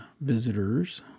visitors